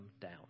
down